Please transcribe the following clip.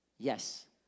Yes